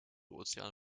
ozean